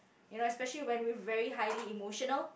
you know especially when we're very highly emotional